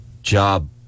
job